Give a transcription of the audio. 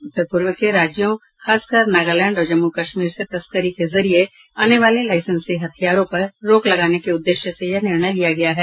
उत्तर पूर्व के राज्यों खासकर नागालैंड और जम्मू कश्मीर से तस्करी के जरिये आने वाले लाईसेंसी हथियारों पर रोक लगाने के उद्देश्य यह निर्णय लिया गया है